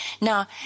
now